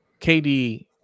KD